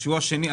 שהוא השנה,